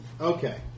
Okay